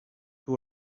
who